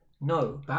No